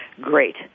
great